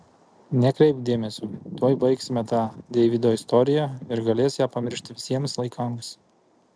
nekreipk dėmesio tuoj baigsime tą deivydo istoriją ir galės ją pamiršti visiems laikams